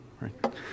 right